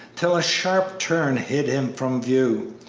till a sharp turn hid him from view.